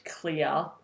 clear